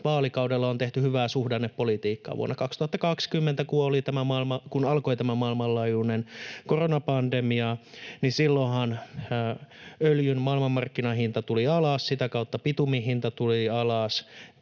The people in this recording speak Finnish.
vaalikaudella on tehty hyvää suhdannepolitiikkaa. Kun vuonna 2020 alkoi tämä maailmanlaajuinen koronapandemia, niin silloinhan öljyn maailmanmarkkinahinta tuli alas, sitä kautta bitumin hinta tuli alas,